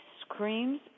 screams